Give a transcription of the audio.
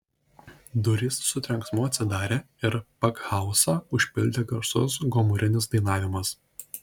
durys su trenksmu atsidarė ir pakhauzą užpildė garsus gomurinis dainavimas